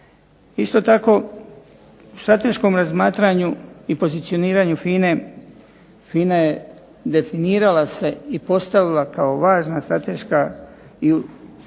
Isto tako u strateškom razmatranju i pozicioniranju FINA-e, FINA se definirala i postavila kao važna strateška